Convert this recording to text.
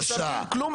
תושבים כלום,